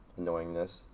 annoyingness